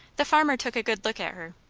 the farmer took a good look at her.